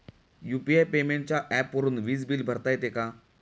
UPI पेमेंटच्या ऍपवरुन वीज बिल भरता येते का?